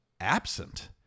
absent